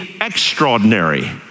extraordinary